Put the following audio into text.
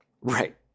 Right